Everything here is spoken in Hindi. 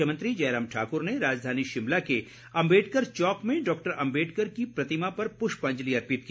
मुख्यमंत्री जयराम ठाकुर ने राजधानी शिमला के अम्बेडकर चौक में डॉक्टर अम्बेडकर की प्रतिमा पर पुष्पांजलि अर्पित की